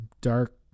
dark